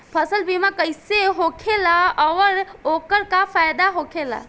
फसल बीमा कइसे होखेला आऊर ओकर का फाइदा होखेला?